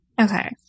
Okay